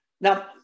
Now